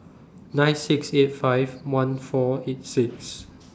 nine six eight five one four eight six